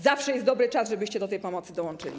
Zawsze jest dobry czas, żebyście do tej pomocy dołączyli.